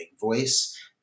voice